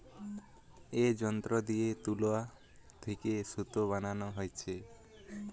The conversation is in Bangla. এ যন্ত্র দিয়ে তুলা থিকে সুতা বানানা হচ্ছে